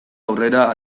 aurrera